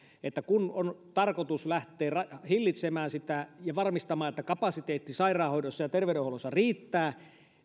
että kun on tarkoitus lähteä hillitsemään sitä ja varmistamaan että kapasiteetti sairaanhoidossa ja ja terveydenhuollossa riittää